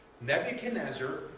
Nebuchadnezzar